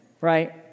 right